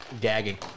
gagging